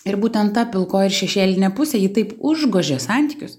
ir būtent ta pilkoji ir šešėlinę pusę ji taip užgožė santykius